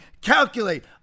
calculate